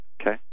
okay